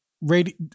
radio